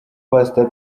pastor